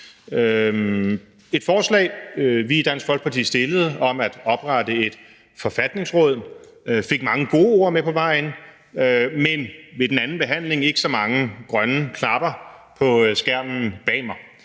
Et forslag, som vi i Dansk Folkeparti fremsatte, om at oprette et forfatningsråd fik mange gode ord med på vejen, men ved andenbehandlingen ikke så mange grønne knapper på skærmen bag mig.